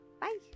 bye